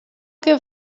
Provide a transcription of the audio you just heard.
que